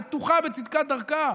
בטוחה בצדקת דרכה,